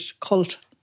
cult